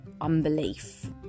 unbelief